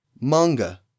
Manga